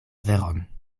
veron